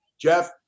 Jeff